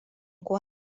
ko